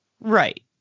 Right